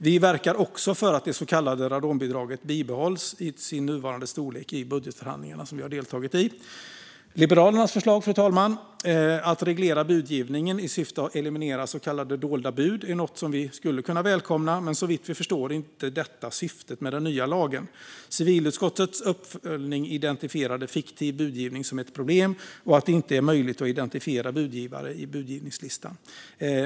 Vi verkar också för att det så kallade radonbidraget bibehålls i sin nuvarande storlek; det har vi gjort i budgetförhandlingarna som vi har deltagit i. Fru talman! Liberalernas förslag att reglera budgivningen i syfte att eliminera så kallade dolda bud är något vi skulle kunna välkomna, men såvitt vi förstår är inte detta syftet med den nya lagen. Civilutskottets uppföljning identifierade fiktiv budgivning och att det inte är möjligt att identifiera budgivare i budgivningslistan som ett problem.